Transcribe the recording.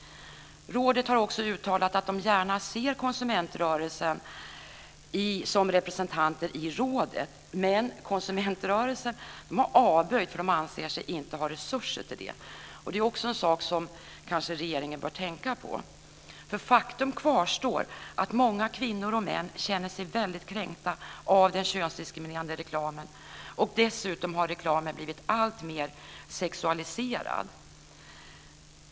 Rådet har också uttalat att man gärna ser konsumentrörelsen som representant i rådet, men konsumentrörelsen har avböjt eftersom man inte anser sig ha resurser till det. Det är också en sak som regeringen kanske bör tänka på. Faktum kvarstår nämligen: Många kvinnor och män känner sig kränkta av den könsdiskriminerande reklamen. Dessutom har reklamen blivit alltmer sexualiserad.